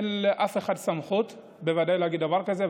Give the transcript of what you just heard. בוודאי אין לאף אחד סמכות להגיד דבר כזה,